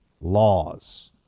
laws